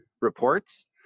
reports